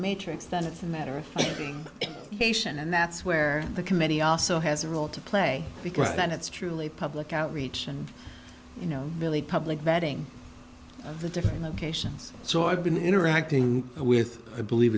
matrix then it's a matter of being patient and that's where the committee also has a role to play because that's truly public outreach and you know really public vetting of the different locations so i've been interacting with believe